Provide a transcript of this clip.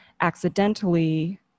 accidentally